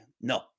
no